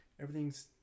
everything's